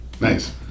nice